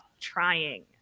trying